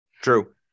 true